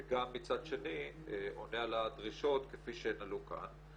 וגם מצד שני עונה על הדרישות כפי שהן עלו כאן.